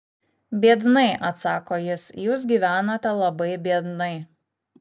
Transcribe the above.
biednai atsako jis jūs gyvenote labai biednai